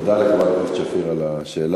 תודה לחברת הכנסת שפיר על השאלה.